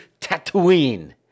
Tatooine